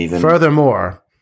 Furthermore